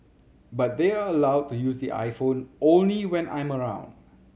but they are allowed to use the iPhone only when I'm around